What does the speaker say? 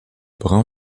brun